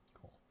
Cool